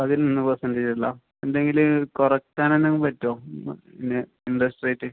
അതിൽ നിന്നും പേസൻറ്റേജ് ഉണ്ടോ എന്തെങ്കിലും കുറയ്ക്കാനനാ പറ്റുമോ ഇൻറസ്റ്റ് റേറ്റ്